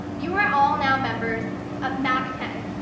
you are all now members of mac ten.